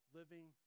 living